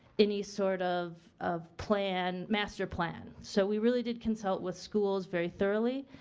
any sort of of plan, master plan. so we really did consult with schools very thoroughly.